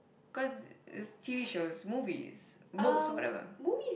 cause is T_V shows movies books or whatever